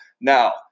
Now